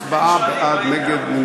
הצבעה, בעד, נגד,